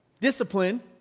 discipline